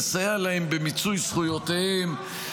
לסייע להם במיצוי זכויותיהם.